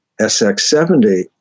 SX70